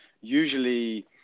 usually